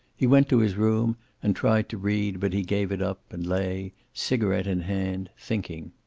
he went to his room and tried to read, but he gave it up, and lay, cigaret in hand, thinking!